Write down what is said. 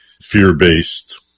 fear-based